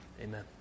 Amen